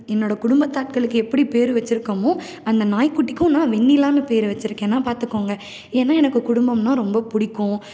என்னோடய குடும்பத்து ஆட்களுக்கு எப்படி பேர் வச்சிருக்கமோ அந்த நாய்க்குட்டிக்கும் நான் வெண்ணிலான்னு பேர் வச்சிருக்கேன்னால் பார்த்துக்கோங்க ஏன்னா எனக்கு குடும்பம்ன்னால் ரொம்ப பிடிக்கும்